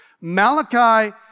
Malachi